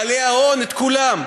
את בעלי ההון, את כולם.